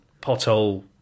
Pothole